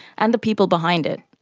and the people behind it.